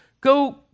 Go